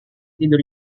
tidur